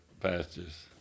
pastors